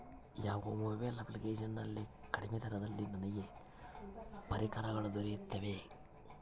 ಯಾವ mobile application ನಲ್ಲಿ ಕಡಿಮೆ ದರದಲ್ಲಿ ನನಗೆ ಪರಿಕರಗಳು ದೊರೆಯುತ್ತವೆ?